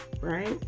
right